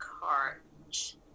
cart